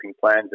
plans